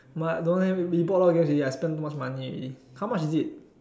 but I don't have we bought a lot of games I spent a lot of money already how much is it